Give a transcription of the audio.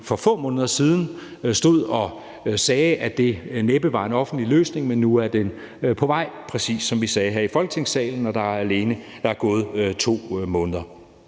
for få måneder siden stod og sagde næppe var en offentlig løsning, men nu er den på vej, præcis som vi sagde her i Folketingssalen, og der er alene gået 2 måneder.